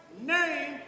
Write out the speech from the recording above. name